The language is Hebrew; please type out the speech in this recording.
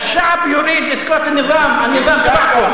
אל-שַעְבּ (אומר בשפה הערבית: העם רוצה להפיל את המשטר.